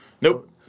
Nope